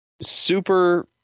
super